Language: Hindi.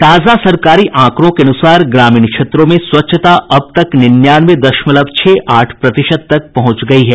ताजा सरकारी आंकड़ों के अनुसार ग्रामीण क्षेत्रों में स्वच्छता अब तक निन्यानवे दशमलव छह आठ प्रतिशत तक पहंच गई है